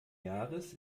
jahres